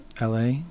LA